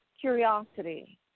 curiosity